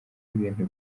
ibintu